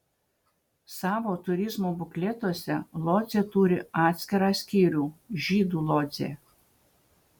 savo turizmo bukletuose lodzė turi atskirą skyrių žydų lodzė